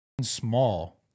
small